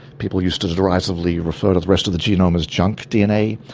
people used to to derisively refer to the rest of the genome as junk dna.